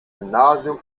gymnasium